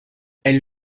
elle